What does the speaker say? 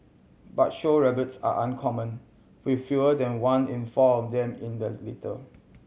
but show rabbits are uncommon with fewer than one in four of them in the litter